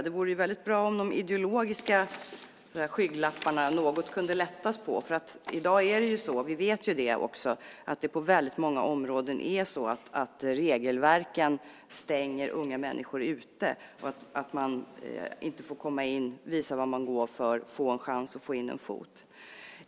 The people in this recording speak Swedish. Det vore bra om det gick att något lätta på de ideologiska skygglapparna. Vi vet att regelverken i dag på många områden stänger unga människor ute. De får inte visa vad de går för och få en chans att få in en fot.